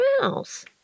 mouse